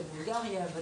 שלום לכולם,